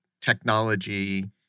technology